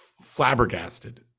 flabbergasted